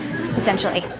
essentially